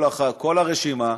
כל הרשימה,